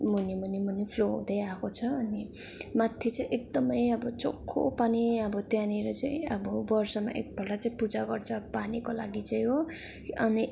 मुनि मुनि मुनि फ्लो हुँदै आएको छ अनि माथि चाहिँ एकदमै अब चोखो पानी अब त्यहाँनिर चाहिँ अब वर्षमा एकपल्ट चाहिँ पूजा गर्छ पानीको लागि चाहिँ हो अनि